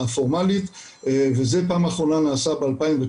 הפורמלית, וזה פעם אחרונה נעשה ב- 2019,